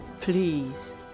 Please